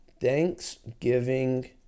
Thanksgiving